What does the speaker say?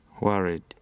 worried